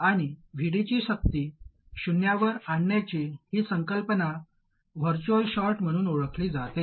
आणि Vd ची सक्ती शून्यावर आणण्याची ही संकल्पना वर्च्युअल शॉर्ट म्हणून ओळखली जाते